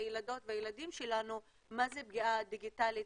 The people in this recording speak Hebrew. הילדות והילדים שלנו מה זה פגיעה דיגיטלית,